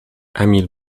emil